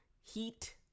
heat